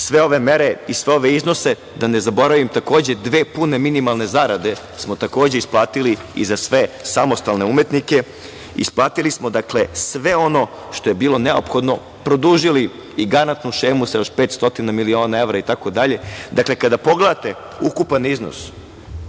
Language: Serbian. sve ove mere i ove iznose da ne zaboravim takođe dve pune minimalne zarade smo takođe isplatiti i za sve samostalne umetnike. Isplatili smo sve ono što je bilo neophodno, produžili garantnu šemu sa još 500 miliona evra, itd. Dakle, kada pogledate ukupan iznos